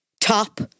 top